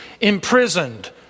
imprisoned